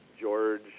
George